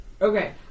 Okay